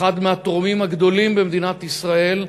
אחד מהתורמים הגדולים במדינת ישראל,